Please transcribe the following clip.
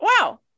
wow